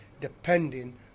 depending